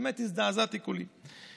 באמת, הזדעזעתי כולי.